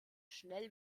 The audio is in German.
schnell